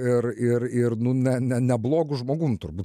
ir ir ir nu ne ne neblogu žmogum turbūt